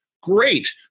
great